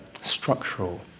structural